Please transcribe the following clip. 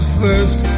first